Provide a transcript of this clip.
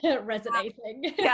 Resonating